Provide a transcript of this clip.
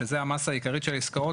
שזה המסה העיקרית של עסקאות,